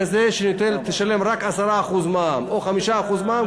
כזה שתשלם רק 10% מע"מ או 5% מע"מ,